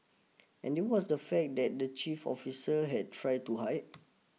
and this was the fact that the chief officers had tried to hide